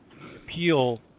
Appeal